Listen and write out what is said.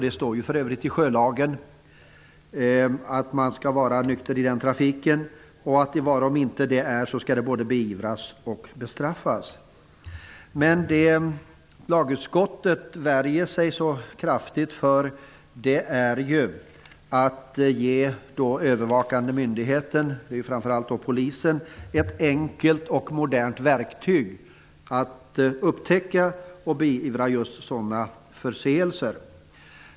Det står ju för övrigt i sjölagen att man skall vara nykter i den trafiken och att om så inte är fallet skall det både beivras och bestraffas. Men lagutskottet värjer sig kraftigt mot att ge den övervakande myndigheten, framför allt polisen, ett enkelt och modernt verktyg för att upptäcka och beivra sådana förseelser.